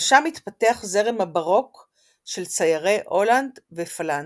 ושם התפתח זרם הבארוק של ציירי הולנד ופלנדריה.